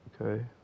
Okay